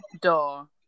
Door